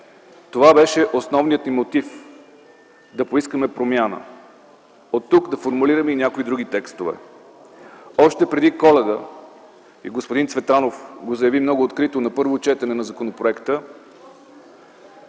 Това беше основният ни мотив да поискаме промяна, а оттук да формулираме и някои други текстове. Още преди Коледа – и господин Цветанов го заяви много открито на първо четене на законопроекта